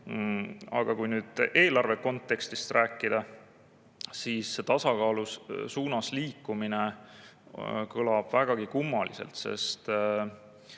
Kui nüüd eelarve kontekstis rääkida, siis tasakaalu suunas liikumine kõlab vägagi kummaliselt. Tõesti,